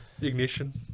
Ignition